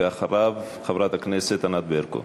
ואחריו, חברת הכנסת ענת ברקו.